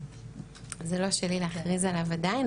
זה לא שלי להכריז עליו עדיין,